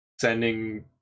sending